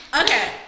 okay